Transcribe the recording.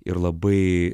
ir labai